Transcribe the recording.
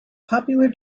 popular